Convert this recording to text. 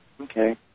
Okay